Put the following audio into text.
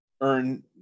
earn